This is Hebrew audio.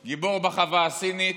יהיה גיבור בחווה הסינית.